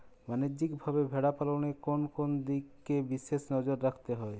বাণিজ্যিকভাবে ভেড়া পালনে কোন কোন দিকে বিশেষ নজর রাখতে হয়?